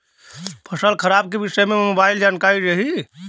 फसल खराब के विषय में मोबाइल जानकारी देही